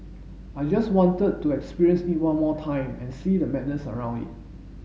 I just wanted to experience it one more time and see the madness around it